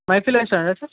మైథిలి రెస్టారెంటా సార్